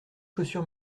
chaussures